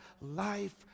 life